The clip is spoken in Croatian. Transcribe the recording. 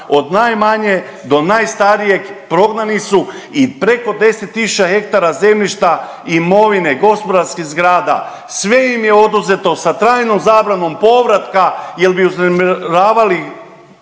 od najmanje do najstarijeg, prognani su i preko 10.000 hektara zemljišta, imovine, gospodarskih zgrada sve im je oduzeto sa trajnom zabranom povratka jer bi uznemiravali